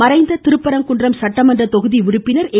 மறைந்த திருப்பரங்குன்றம் சட்டமன்ற தொகுதி உறுப்பினர் ஏ